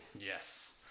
Yes